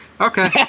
Okay